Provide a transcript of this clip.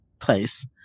place